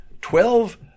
Twelve